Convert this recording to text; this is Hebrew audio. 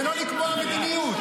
ולא לקבוע מדיניות.